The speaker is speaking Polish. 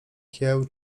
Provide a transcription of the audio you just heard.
kieł